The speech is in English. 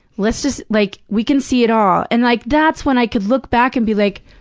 let's just, like we can see it all. and like, that's when i could look back and be like,